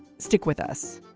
stick with us